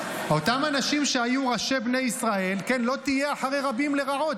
"לא תהיה אחרי רבים לרעֹת",